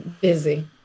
busy